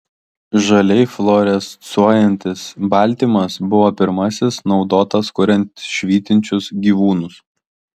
žaliai fluorescuojantis baltymas buvo pirmasis naudotas kuriant švytinčius gyvūnus